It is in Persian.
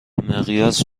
مقیاس